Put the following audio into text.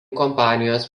kompanijos